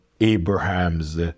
Abraham's